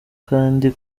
kandi